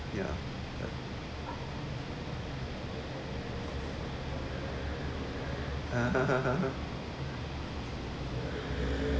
ya